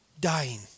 dying